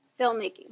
filmmaking